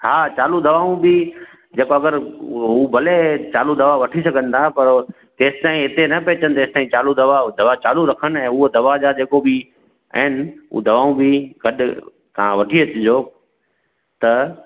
हा चालू दवाऊं बि जेको अगरि हू भले चालू दवा वठी सघनि था पर जेसि ताईं हिते न पहुंचनि तेसि ताईं चालू दवा दवा चालू रखनि ऐं हूअ दवा जा जेको बि आहिनि हूअ दवाऊं बि गॾ तव्हां वठी अचिजो त